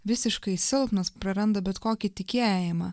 visiškai silpnas praranda bet kokį tikėjimą